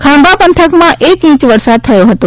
ખાંભા પંથકમાં એક ઇંચ વરસાદ થયો હતો